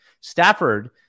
Stafford